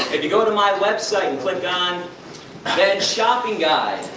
if you go to my website and click on veg shopping guide,